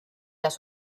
las